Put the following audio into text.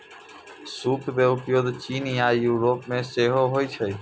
सूप के उपयोग चीन आ यूरोप मे सेहो होइ छै